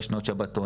יש הרי שנת שבתון,